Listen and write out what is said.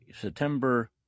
September